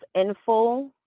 info